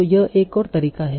तो यह एक और तरीका है